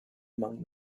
among